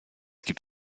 gibt